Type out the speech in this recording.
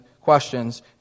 questions